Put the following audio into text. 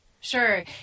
Sure